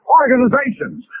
organizations